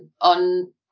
on